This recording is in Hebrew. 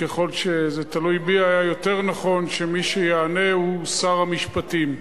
ככל שזה תלוי בי היה יותר נכון שמי שיענה הוא שר המשפטים.